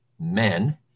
men